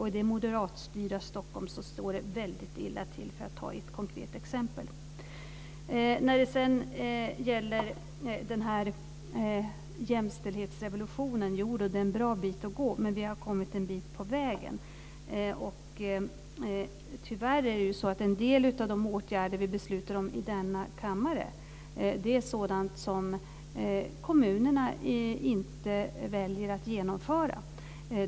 I det moderatstyrda Stockholm står det illa till - för att ta ett konkret exempel. Sedan var det jämställdhetsrevolutionen. Jodå, det är en bra bit att gå, men vi har kommit en bit på vägen. En del av de åtgärder vi beslutar om i denna kammare är sådant som kommunerna, tyvärr, inte väljer att genomföra.